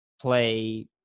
play